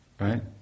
right